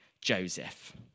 Joseph